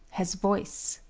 has voice?